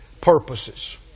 purposes